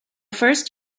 first